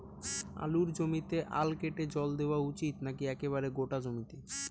আলুর জমিতে আল কেটে জল দেওয়া উচিৎ নাকি একেবারে গোটা জমিতে?